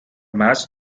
match